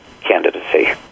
candidacy